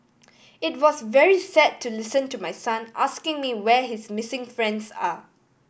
it was very sad to listen to my son asking me where his missing friends are